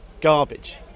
garbage